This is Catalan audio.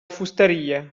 fusteria